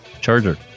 charger